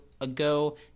ago